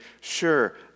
sure